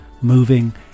moving